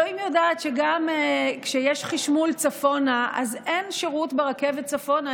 אלוהים יודעת שגם כשיש חשמול צפונה אז אין שירות ברכבת צפונה,